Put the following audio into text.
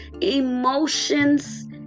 emotions